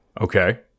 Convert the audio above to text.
Okay